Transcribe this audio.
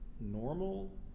normal